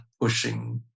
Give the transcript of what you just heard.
pushing